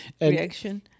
reaction